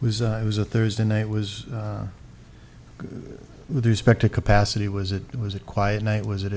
was it was a thursday night was with respect to capacity was it it was a quiet night was it